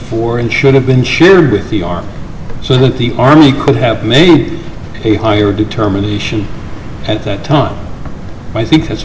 four and should have been shared with e r so that the army could have made a higher determination at that time i think that's